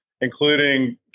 including